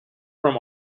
from